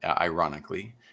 ironically